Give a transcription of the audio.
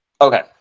okay